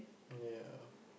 ya